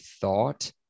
thought